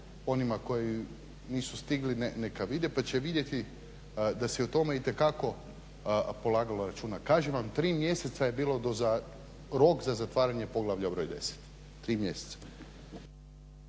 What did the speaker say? onima koji nisu stigli neka vide pa će vidjeti da se o tome itekako polagalo računa. Kažem vam, tri mjeseca je bilo rok za zatvaranje poglavlja br. 10, tri mjeseca.